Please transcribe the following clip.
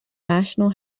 national